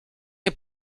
nie